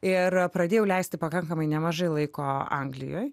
ir pradėjau leisti pakankamai nemažai laiko anglijoj